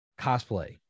cosplay